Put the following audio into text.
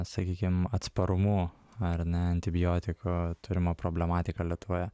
sakykim atsparumu ar ne antibiotiko turimo problematika lietuvoje